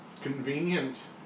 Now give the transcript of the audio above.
Convenient